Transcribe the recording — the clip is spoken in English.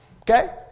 Okay